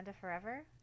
forever